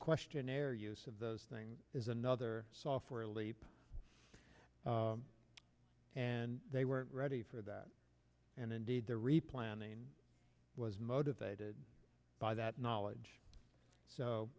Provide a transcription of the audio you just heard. questionnaire use of those things is another software leap and they weren't ready for that and indeed their replanning was motivated by that knowledge